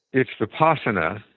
it's vipassana.